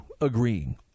agreeing